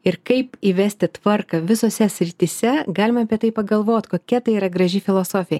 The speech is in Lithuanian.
ir kaip įvesti tvarką visose srityse galime apie tai pagalvot kokia tai yra graži filosofija